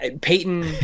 Peyton